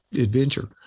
adventure